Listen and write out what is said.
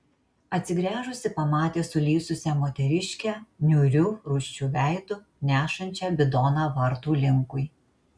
atsigręžusi pamatė sulysusią moteriškę niūriu rūsčiu veidu nešančią bidoną vartų linkui